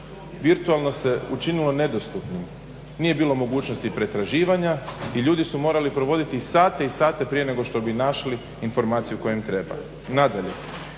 virtualno se učinilo nedostupnim. Nije bilo mogućnosti pretraživanja i ljudi su morali provoditi sate i sate prije nego što bi našli informaciju koja im treba. Nadalje,